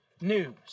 news